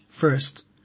first